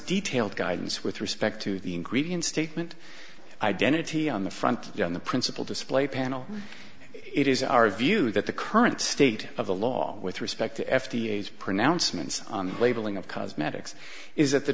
detailed guidance with respect to the ingredients statement identity on the front john the principle display panel it is our view that the current state of the law with respect to f d a is pronouncements on the labeling of cosmetics is that the